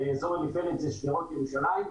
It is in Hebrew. באזור ירושלים.